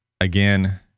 again